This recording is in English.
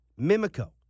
Mimico